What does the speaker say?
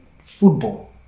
Football